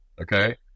okay